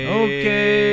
okay